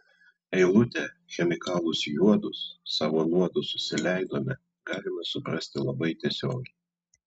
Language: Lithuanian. eilutę chemikalus juodus savo nuodus susileidome galima suprasti labai tiesiogiai